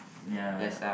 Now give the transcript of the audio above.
ya